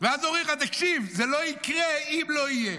ואז אומרים לך: תקשיב, זה לא יקרה אם לא יהיה.